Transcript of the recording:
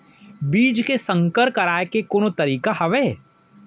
बीज के संकर कराय के कोनो तरीका हावय?